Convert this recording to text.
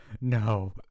no